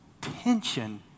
tension